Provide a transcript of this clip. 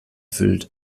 füllt